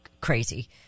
crazy